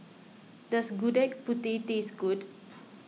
does Gudeg Putih taste good